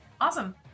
Awesome